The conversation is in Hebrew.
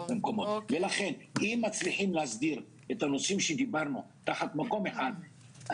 אם מצליחים להסדיר את הנושאים שדברנו תחת מקום אחד,